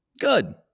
good